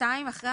אחרי